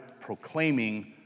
proclaiming